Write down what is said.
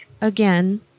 again